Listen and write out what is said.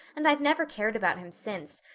and i've never cared about him since.